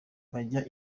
bajya